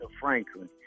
Franklin